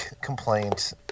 complaint